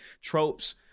tropes